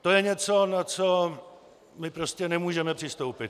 To je něco, na co my prostě nemůžeme přistoupit.